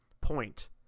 point